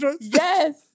Yes